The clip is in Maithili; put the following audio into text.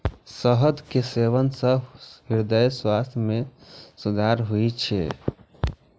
शहद के सेवन सं हृदय स्वास्थ्य मे सुधार होइ छै